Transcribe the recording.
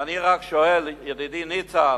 ואני רק שואל את ידידי ניצן,